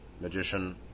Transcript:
magician